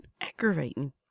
aggravating